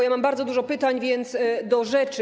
Ja mam bardzo dużo pytań, więc do rzeczy.